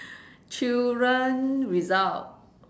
children result